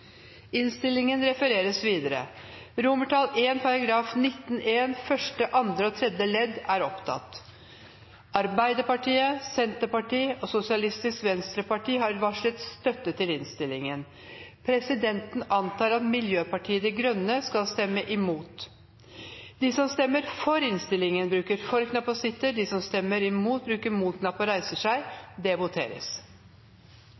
innstillingen. Presidenten antar at Arbeiderpartiet, Senterpartiet og Sosialistisk Venstreparti skal stemme imot. Det voteres over I § 19-1 første, andre og tredje ledd. Arbeiderpartiet, Senterpartiet og Sosialistisk Venstreparti har varslet støtte til innstillingen. Presidenten antar at Miljøpartiet De Grønne skal stemme imot. Det voteres